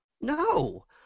No